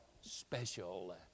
special